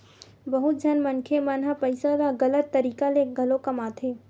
बहुत झन मनखे मन ह पइसा ल गलत तरीका ले घलो कमाथे